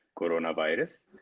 coronavirus